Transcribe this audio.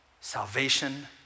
Salvation